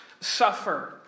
suffer